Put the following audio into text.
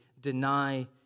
deny